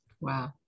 wow